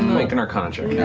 make an arcana check.